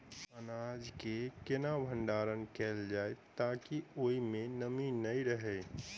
अनाज केँ केना भण्डारण कैल जाए ताकि ओई मै नमी नै रहै?